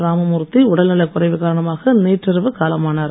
ராம்மூர்த்தி உடல்நலக் குறைவு காரணமாக நேற்றிரவு காலமானார்